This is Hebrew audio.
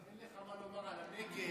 אין לך מה לומר על הנגב,